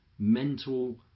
Mental